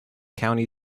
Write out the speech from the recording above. county